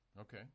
Okay